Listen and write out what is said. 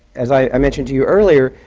as i mentioned to you earlier,